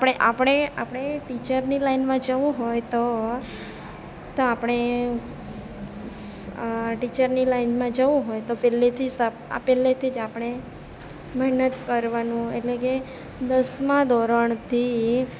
આપણે આપણે આપણે ટીચરની લાઈનમાં જવું હોય તો તો આપણે ટીચરની લાઈનમાં જવું હોય તો પહેલેથી આ પહેલેથી જ આપણે મહેનત કરવાનું એટલે કે દસમા ધોરણથી